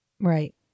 Right